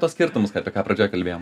tuos skirtumus apie ką pradžioj kalbėjom